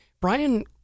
Brian